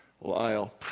Lyle